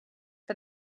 for